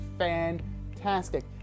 fantastic